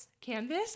Canvas